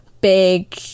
big